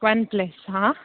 one ಪ್ಲಸ್ಸಾ